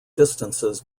distances